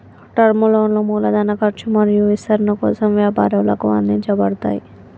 term లోన్లు మూలధన ఖర్చు మరియు విస్తరణ కోసం వ్యాపారాలకు అందించబడతయ్